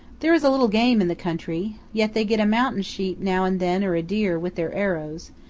there is little game in the country, yet they get a mountain sheep now and then or a deer, with their arrows,